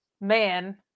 man